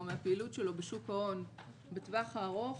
מהפעילות שלו בשוק ההון בטווח הארוך,